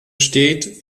steht